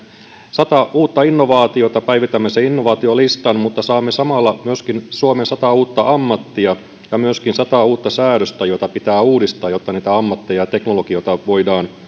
sata uutta innovaatiota päivitämme sen innovaatiolistan mutta saamme samalla myöskin suomen sata uutta ammattia ja myöskin sata uutta säädöstä säädöksiä pitää uudistaa jotta niitä ammatteja ja teknologioita voidaan